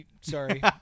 Sorry